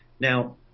Now